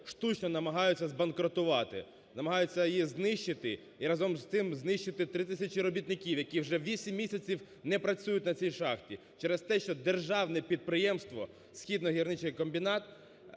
штучно намагаються збанкротувати, намагаються її знищити і разом з тим знищити 3 тисячі робітників, які вже 8 місяців не працюють на цій шахті через те, що Державне підприємство "Східний гірничий комбінат"